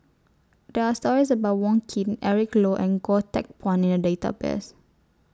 There Are stories about Wong Keen Eric Low and Goh Teck Phuan in The Database